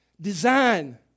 Design